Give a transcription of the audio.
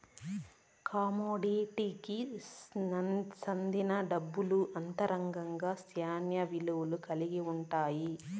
కమోడిటీకి సెందిన డబ్బులు అంతర్గతంగా శ్యానా విలువ కల్గి ఉంటాయి